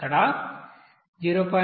ఇక్కడ 0